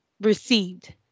received